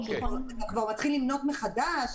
הוא כבר מתחיל למנות מחדש.